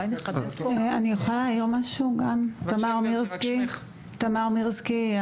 תמר מירסקי,